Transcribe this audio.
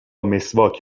مسواک